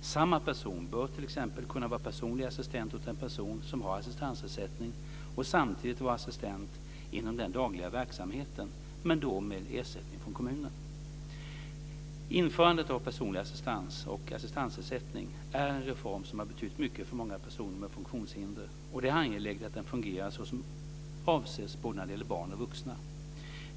Samma person bör t.ex. kunna vara personlig assistent åt en person som har assistansersättning och samtidigt vara assistent inom den dagliga verksamheten men då med ersättning från kommunen. Införandet av personlig assistans och assistansersättning är en reform som har betytt mycket för många personer med funktionshinder, och det är angeläget att den fungerar så som avses både när det gäller barn och vuxna.